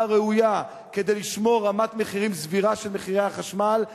הראויה כדי לשמור רמת מחירים סבירה של מחירי החשמל.